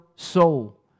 soul